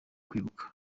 kwibuka